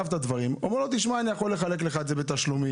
ואומר לו: אני יכול לחלק לך לתשלומים,